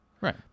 Right